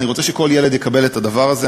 ואני רוצה שכל ילד יקבל את הדבר הזה.